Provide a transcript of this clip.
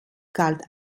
galt